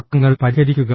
തർക്കങ്ങൾ പരിഹരിക്കുക